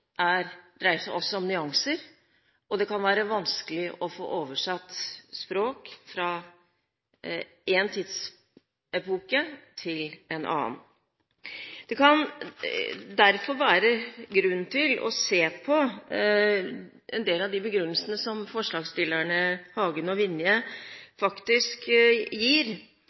dreier seg også om nyanser, og det kan være vanskelig å få oversatt språk fra en tidsepoke til en annen. Det kan derfor være grunn til å se på en del av de begrunnelsene som forslagsstillerne Hagen og Vinje faktisk gir.